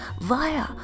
via